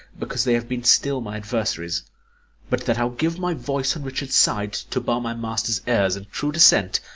because they have been still my adversaries but that i'll give my voice on richard's side to bar my master's heirs in true descent,